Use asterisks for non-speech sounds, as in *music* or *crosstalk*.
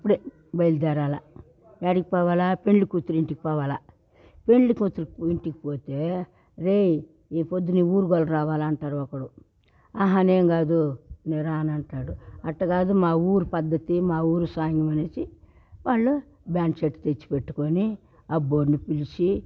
అప్పుడే బయలుదేరాలి ఏడకి పోవాల పెళ్ళికూతురింటికి పోవాల పెళ్లికూతురు ఇంటికిపోతే రేయ్ ఈ పొద్దు నీ ఊరుగలు రావాల అంటారు ఒకరు ఆహా నేను కాదు నేను రానంటాడు అట్టకాదు మా ఊరు పద్ధతి మా ఊరి సాంగ్యమనేసి వాళ్ళు *unintelligible* చెట్టు తెచ్చి పెట్టుకొని అబ్బోడిని పిలిచి